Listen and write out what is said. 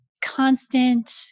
constant